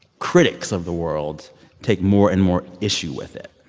critics of the world take more and more issue with it.